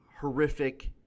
horrific